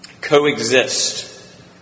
Coexist